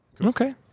okay